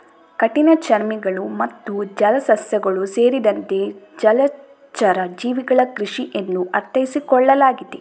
ಕಠಿಣಚರ್ಮಿಗಳು ಮತ್ತು ಜಲಸಸ್ಯಗಳು ಸೇರಿದಂತೆ ಜಲಚರ ಜೀವಿಗಳ ಕೃಷಿ ಎಂದು ಅರ್ಥೈಸಿಕೊಳ್ಳಲಾಗಿದೆ